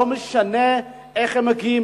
לא משנה איך הם מגיעים,